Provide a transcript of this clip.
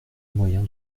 moyen